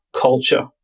culture